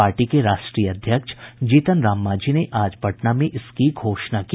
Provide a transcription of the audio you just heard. party के राष्ट्रीय अध्यक्ष जीतन राम मांझी ने आज पटना में इसकी घोषणा की